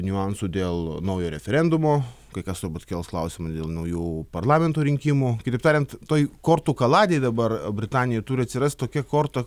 niuansų dėl naujo referendumo kai kas turbūt kels klausimą dėl naujų parlamento rinkimų kitaip tariant toj kortų kaladėj dabar britanijai turi atsirast tokia korta